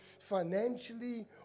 financially